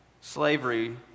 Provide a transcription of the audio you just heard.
Slavery